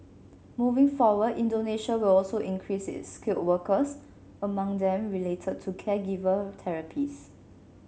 moving forward Indonesia will also increase skilled workers among them related to caregiver therapists